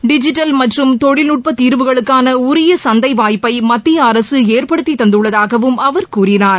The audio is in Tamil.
டிஜிட்டல் மற்றும் தொழில்நுட்ப தீர்வுகளுக்கான உரிய சந்தை வாய்ப்பை மத்திய அரசு ஏற்படுத்தி தந்துள்ளதாகவும் அவர் கூறினார்